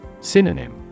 Synonym